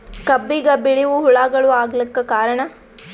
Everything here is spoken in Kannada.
ಕಬ್ಬಿಗ ಬಿಳಿವು ಹುಳಾಗಳು ಆಗಲಕ್ಕ ಕಾರಣ?